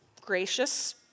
gracious